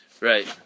Right